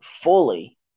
fully –